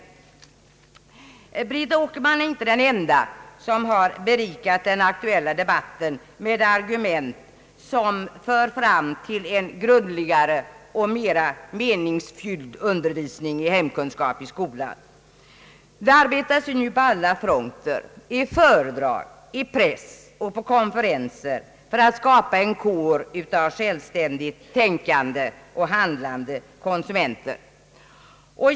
Brita Åkerman är inte den enda som har berikat den aktuella debatten med argument som för fram till en grundligare och mera meningsfylld undervisning i hemkunskap i skolan. Det arbetas nu på alla fronter — i föredrag, i press och på konferenser — för att skapa en kår av självständigt tänkande och handlande konsumenter.